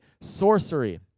sorcery